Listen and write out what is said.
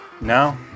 No